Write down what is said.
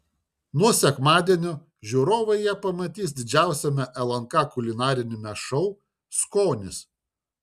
nuo sekmadienio žiūrovai ją pamatys didžiausiame lnk kulinariniame šou skonis